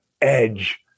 edge